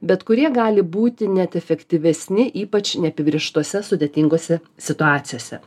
bet kurie gali būti net efektyvesni ypač neapibrėžtose sudėtingose situacijose